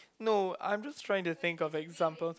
no I'm just trying to think of examples